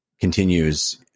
continues